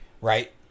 Right